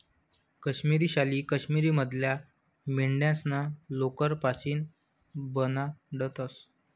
काश्मिरी शाली काश्मीर मधल्या मेंढ्यास्ना लोकर पाशीन बनाडतंस